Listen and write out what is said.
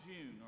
June